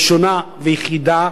ראשונה ויחידה,